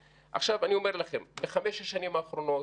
עכשיו, אני אומר לכם: בחמש השנים האחרונות